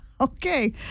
Okay